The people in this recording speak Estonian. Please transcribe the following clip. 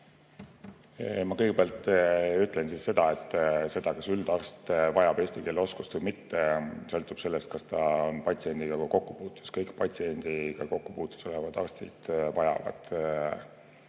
Ma kõigepealt ütlen, et see, kas üldarst vajab eesti keele oskust või mitte, sõltub sellest, kas ta on patsiendiga kokkupuutes. Kõik patsiendiga kokkupuutes olevad arstid vajavad